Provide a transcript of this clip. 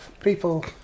people